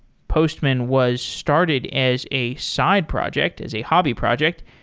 postman was started as a side project, as a hobby project.